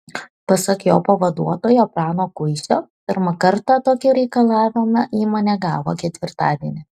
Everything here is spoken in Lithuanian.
pasak jo pavaduotojo prano kuisio pirmą kartą tokį reikalavimą įmonė gavo ketvirtadienį